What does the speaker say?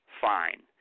Fine